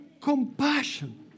compassion